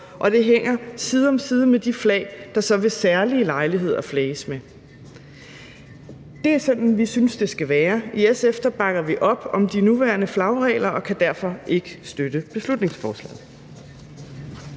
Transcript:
og det hænger side om side med de flag, der så ved særlige lejligheder flages med. Det er sådan, vi synes det skal være. I SF bakker vi op om de nuværende flagregler og kan derfor ikke støtte beslutningsforslaget.